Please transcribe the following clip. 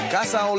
Casa